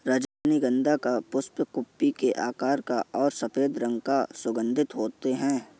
रजनीगंधा का पुष्प कुप्पी के आकार का और सफेद रंग का सुगन्धित होते हैं